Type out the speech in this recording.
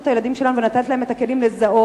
את הילדים שלנו ולתת להם את הכלים לזהות,